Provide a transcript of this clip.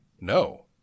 no